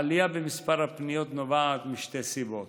העלייה במספר הפניות נובעת משתי סיבות: